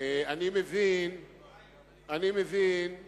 אני מאוד מודה לך על ניהול ישיבה לעילא ולעילא.